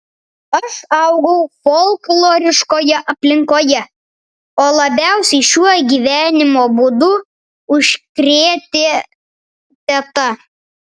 aš augau folkloriškoje aplinkoje o labiausiai šiuo gyvenimo būdu užkrėtė teta